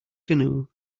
canoe